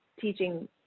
teaching